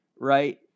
right